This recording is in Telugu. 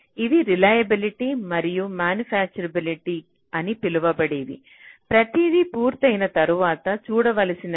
ఇవి రిలయబిల్టి మరియు మ్యానుఫ్యాక్చరబిల్టి అని పిలువబడేవి ప్రతిదీ పూర్తయిన తర్వాత చూడవలసినవి